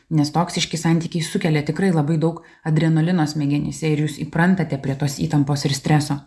nes toksiški santykiai sukelia tikrai labai daug adrenalino smegenyse ir jūs įprantate prie tos įtampos ir streso